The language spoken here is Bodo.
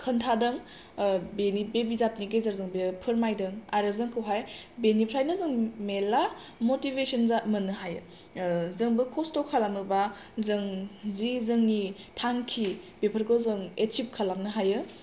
खोन्थादों बिनि बे बिजाबनि गेजेरजों बियो फोरमायदों आरो जोंखौहाय बेनिफ्रायनो जों मेर्ला मटिभेसन जा मोननो हायो ओ जोंबो खस्थ' खालामोबा जों जि जोंनि थांखि बेफोरखौ जों एसिब खालामनो हायो